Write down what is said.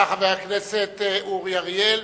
בבקשה, חבר הכנסת אורי אריאל.